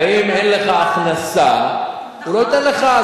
ואם אין לך הכנסה הוא לא נותן לך.